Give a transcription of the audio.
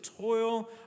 toil